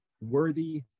worthy